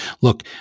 Look